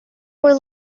were